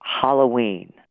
Halloween